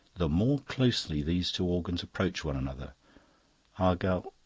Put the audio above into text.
the more closely these two organs approach one another argal.